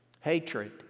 Hatred